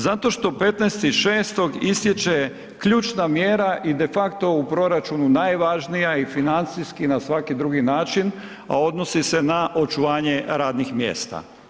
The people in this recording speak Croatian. Zato što 15. 6. istječe ključna mjera i de facto u proračunu najvažnija i financijski i na svaki drugi način a odnosi se na očuvanje radnih mjesta.